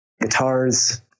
Guitars